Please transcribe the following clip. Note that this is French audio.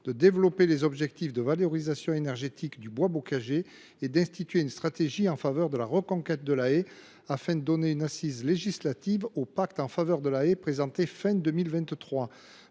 développer les objectifs de valorisation énergétique du bois bocager et instituer une stratégie en faveur de la reconquête de la haie, afin de donner une assise législative au pacte en faveur de la haie, présenté fin 2023.